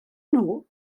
nhw